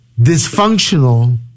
Dysfunctional